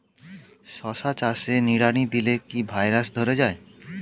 শশা চাষে নিড়ানি দিলে কি ভাইরাস ধরে যায়?